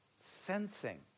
sensing